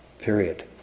period